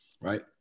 right